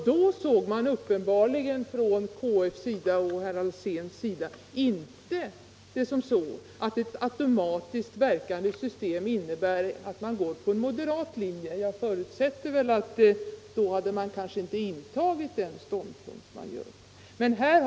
Då såg KF och herr Alsén det uppenbarligen inte så att ett automatiskt verkande system innebär att man går på en moderat linje eller en linje som skulle strida mot de kulturpolitiska målsättningarna. Jag förutsätter att man i så fall inte hade stannat för den ståndpunkt som man intog.